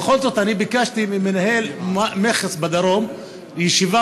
בכל זאת אני ביקשתי ממנהל המכס בדרום ישיבה